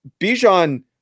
Bijan